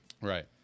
Right